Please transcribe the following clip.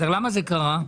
למה זה קרה?